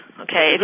Okay